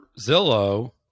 Zillow